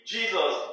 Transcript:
Jesus